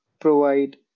provide